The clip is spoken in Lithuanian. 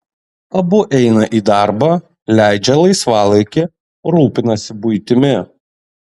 abu eina į darbą leidžia laisvalaikį rūpinasi buitimi